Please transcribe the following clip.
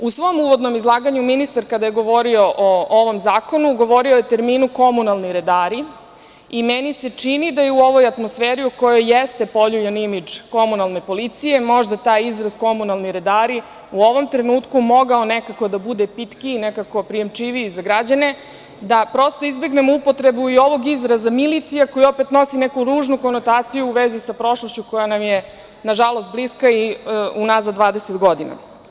U svom uvodnom izlaganju ministar kada je govorio o ovom zakonu, govorio je o terminu "komunalni redari" i meni se čini da je u ovoj atmosferi, u kojoj jeste poljuljan imidž komunalne policije, taj izraz "komunalni redari" u ovom trenutku mogao nekako da bude pitkiji, nekako prijamčiviji za građane, da, prosto, izbegnemo upotrebu i ovog izraza "milicija", koji opet nosi neku ružnu konotaciju u vezi sa prošlošću, koja nam je, nažalost, bliska i unazad 20 godina.